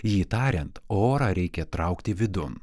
jį tariant orą reikia traukti vidun